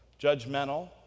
judgmental